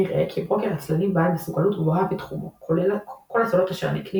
נראה כי ברוקר הצללים בעל מסוגלות גבוהה בתחומו כל הסודות אשר נקנים